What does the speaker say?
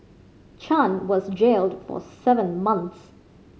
Chan was jailed for seven months